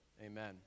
Amen